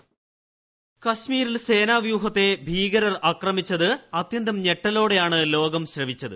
voice കശ്മീരിൽ സേനാവ്യൂഹത്തെ ഭീകരർ ആക്രമിച്ചത് അത്യന്തം ഞെട്ടലോടെയാണ് ലോകം ശ്രവിച്ചത്